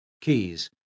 keys